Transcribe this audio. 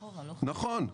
נכון,